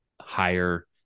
higher